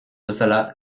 bezala